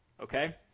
Okay